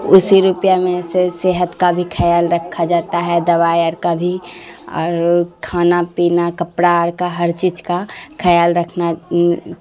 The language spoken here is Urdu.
اسی روپیہ میں سے صحت کا بھی خیال رکھا جاتا ہے دوائی آر کا بھی اور کھانا پینا کپڑا آر کا ہر چیز کا خیال رکھنا